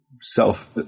self